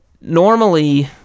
Normally